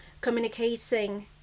communicating